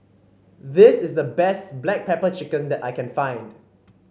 this is the best Black Pepper Chicken that I can find